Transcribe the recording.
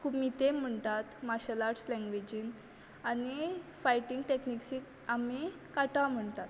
कुमीते म्हणटात martial arts लेंगवेजीन आनी फायटींग टेकनीक्सीक आमी काटा म्हणटात